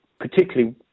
particularly